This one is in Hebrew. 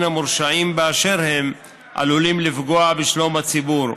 המורשעים באשר הם עלולים לפגוע בשלום הציבור,